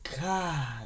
God